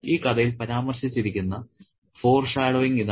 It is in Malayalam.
ഈ കഥയിൽ പരാമർശിച്ചിരിക്കുന്ന ഫോർഷാഡോയിങ് ഇതാണ്